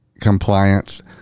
compliance